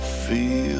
feel